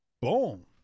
Boom